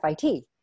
fit